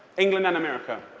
england and america.